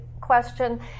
question